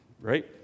Right